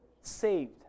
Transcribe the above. saved